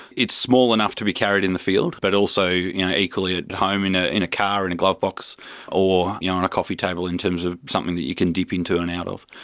it's small enough to be carried in the field, but also you know equally at home, in ah in a car, in a glovebox or yeah on a coffee table in terms of something that you can dip into and out of.